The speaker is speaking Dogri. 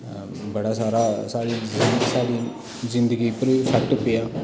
बड़ा सारा साढी जीनी साढी जिंदगी उप्पर इफेक्ट पेआ